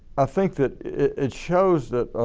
i think that it shows that